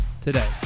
today